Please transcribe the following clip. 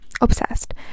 obsessed